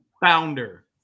Founder